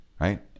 Right